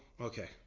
okay